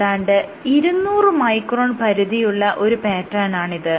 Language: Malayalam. ഏതാണ്ട് 200 മൈക്രോൺ പരിധിയിലുള്ള ഒരു പാറ്റേണാണിത്